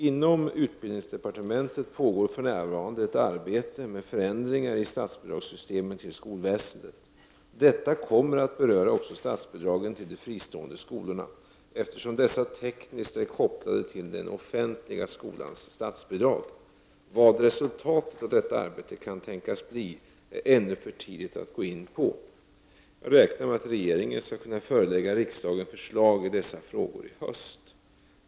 Inom utbildningsdepartementet pågår för närvarande ett arbete med förändringar i statsbidragssystemen beträffande skolväsendet. Detta kommer att beröra också statsbidragen till de fristående skolorna, eftersom dessa tekniskt är kopplade till den offentliga skolans statsbidrag. Vad resultatet av detta arbete kan tänkas bli är det ännu för tidigt att gå in på. Jag räknar med att regeringen skall kunna förelägga riksdagen förslag i dessa frågor i höst.